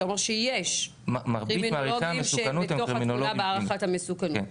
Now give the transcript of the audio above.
אומר שיש קרימינולוגים שנמצאים בתמונה של הערכת המסוכנות.